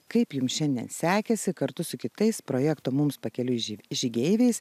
kaip jums šiandien sekėsi kartu su kitais projekto mums pakeliui ži žygeiviais